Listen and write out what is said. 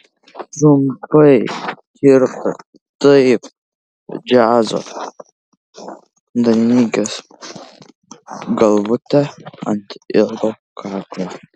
trumpai kirpta kaip džiazo dainininkės galvutė ant ilgo kaklo